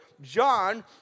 John